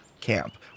camp